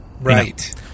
right